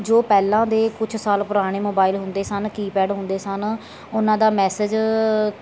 ਜੋ ਪਹਿਲਾਂ ਦੇ ਕੁਛ ਸਾਲ ਪੁਰਾਣੇ ਮੋਬਾਇਲ ਹੁੰਦੇ ਸਨ ਕੀਪੈਡ ਹੁੰਦੇ ਸਨ ਉਹਨਾਂ ਦਾ ਮੈਸੇਜ